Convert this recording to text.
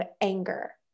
anger